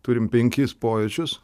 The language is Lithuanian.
turim penkis pojūčius